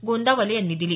गोंदावले यांनी दिली